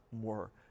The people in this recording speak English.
more